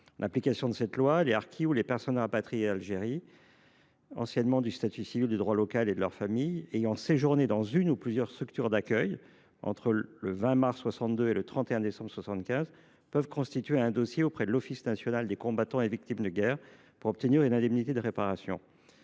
application de cette loi, les harkis ou les personnes rapatriées d’Algérie anciennement de statut civil de droit local et leurs familles ayant séjourné dans une ou plusieurs structures d’accueil entre le 20 mars 1962 et le 31 décembre 1975, peuvent constituer un dossier auprès de l’Office national des combattants et victimes de guerre (ONaCVG) pour obtenir une indemnité. Selon